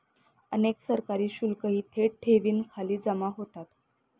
अनेक सरकारी शुल्कही थेट ठेवींखाली जमा होतात